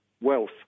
wealth